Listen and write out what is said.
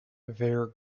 their